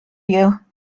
you